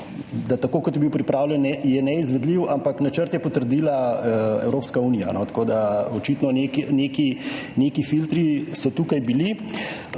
tako kot je bil pripravljen, neizvedljiv, ampak načrt je potrdila Evropska unija, tako da očitno neki filtri so tukaj bili.